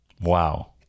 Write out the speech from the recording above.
Wow